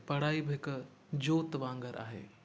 पढ़ाई बि हिक जोति वांगुर आहे